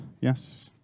Yes